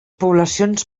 poblacions